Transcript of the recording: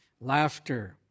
Laughter